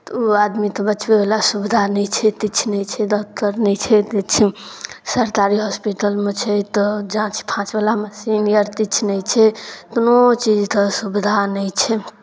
तऽ ओ आदमीके बचबैवला सुविधा नहि छै तिछु नहि छै डॉक्टर नहि छै तिछु सरकारी होस्पिटलमे छै तऽ जाँच फाँचवला मशीन आर तिछु नहि छै तोनो चीजते सुविधा नहि छै